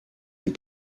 des